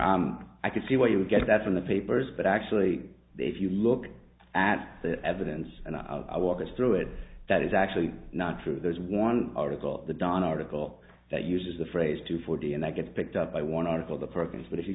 ana i can see where you get that from the papers but actually if you look at the evidence and i'll walk us through it that is actually not true there's one article the don article that uses the phrase two forty and that gets picked up by one article the purpose but if you